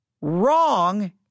wrong